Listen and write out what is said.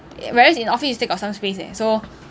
whereas in office you still got some space eh so